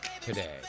today